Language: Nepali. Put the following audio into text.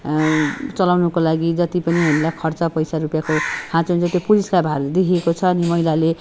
चलाउनको लागि जत्ति पनि हामीलाई खर्च पैसा रुपियाँको खाँचो हुन्छ त्यो पुरुषलाई भाग देखेको छ अनि महिलाले